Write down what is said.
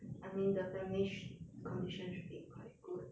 I mean the family sh~ condition should be quite good